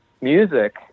music